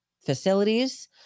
facilities